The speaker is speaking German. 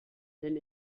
denn